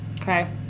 Okay